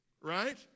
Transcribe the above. right